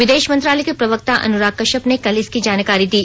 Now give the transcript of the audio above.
विदेश मंत्रालय के प्रवक्ता अनुराग कश्यप ने कल इसकी जानकारी दी